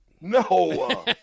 No